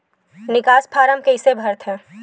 निकास फारम कइसे भरथे?